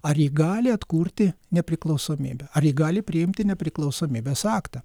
ar ji gali atkurti nepriklausomybę ar ji gali priimti nepriklausomybės aktą